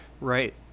Right